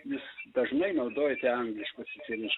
jūs dažnai naudojate angliškus išsireiš